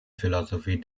philosophy